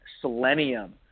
selenium